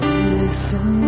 listen